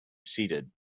seated